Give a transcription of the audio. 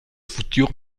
futures